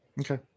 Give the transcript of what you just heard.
Okay